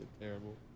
terrible